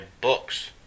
books